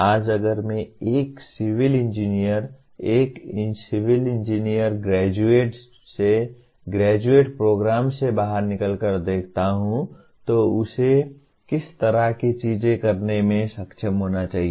आज अगर मैं एक सिविल इंजीनियर एक सिविल इंजीनियरिंग ग्रेजुएट से ग्रेजुएट प्रोग्राम से बाहर निकलकर देखता हूं तो उसे किस तरह की चीजें करने में सक्षम होना चाहिए